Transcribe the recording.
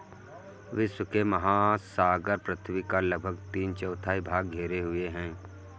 विश्व के महासागर पृथ्वी का लगभग तीन चौथाई भाग घेरे हुए हैं